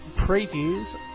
previews